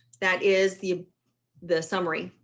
that is the the summary.